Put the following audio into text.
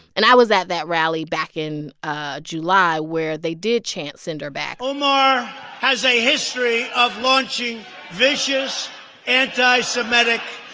and i was at that rally back in ah july where they did chant send her back omar has a history of launching vicious anti-semitic